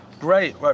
Great